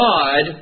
God